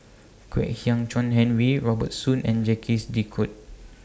Kwek Hian Chuan Henry Robert Soon and Jacques De Coutre